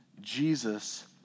Jesus